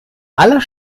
aller